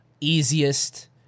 easiest